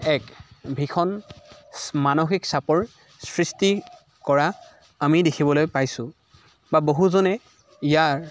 এক ভীষণ মানসিক চাপৰ সৃষ্টি কৰা আমি দেখিবলৈ পাইছোঁ বা বহুজনে ইয়াৰ